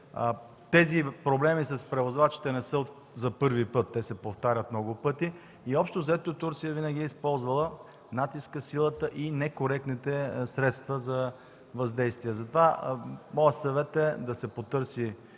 Тези проблеми с превозвачите не са за първи път, те се повтарят много пъти и общо взето Турция винаги е използвала натиска, силата и некоректните средства за въздействие. Затова моят съвет е да се потърси